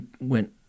went